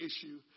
issue